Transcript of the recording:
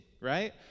right